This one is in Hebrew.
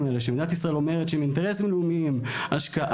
האינטרסים האלה שמדינת ישראל אומרת שהם אינטרסים לאומיים השקעה,